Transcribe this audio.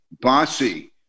bossy